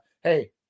hey